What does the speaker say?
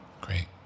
Great